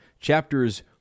Chapters